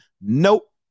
Nope